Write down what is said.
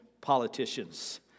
politicians